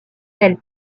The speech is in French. elle